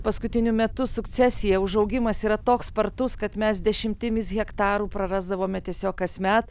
paskutiniu metu sukcesija užaugimas yra toks spartus kad mes dešimtimis hektarų prarasdavome tiesiog kasmet